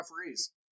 referees